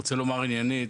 שעניינית,